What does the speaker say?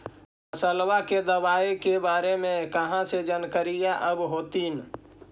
फसलबा के दबायें के बारे मे कहा जानकारीया आब होतीन?